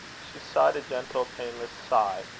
she sighed a gentle, painless sigh,